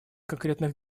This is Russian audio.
конкретных